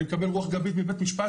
אני מקבל רות גבית מבית משפט,